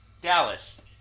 Dallas